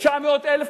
900,000,